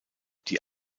die